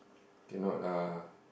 cannot ah